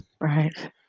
right